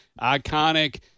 iconic